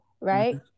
right